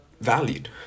valued